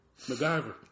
MacGyver